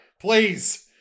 Please